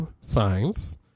signs